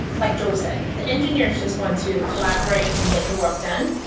like joel said, the engineers just want to collaborate and get the work done.